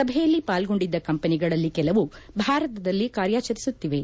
ಸಭೆಯಲ್ಲಿ ಪಾಲ್ಲೊಂಡಿದ್ದ ಕಂಪನಿಗಳಲ್ಲಿ ಕೆಲವು ಭಾರತದಲ್ಲಿ ಕಾರ್ಯಾಚರಿಸುತ್ತಿವೆ